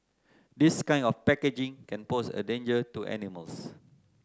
this kind of packaging can pose a danger to animals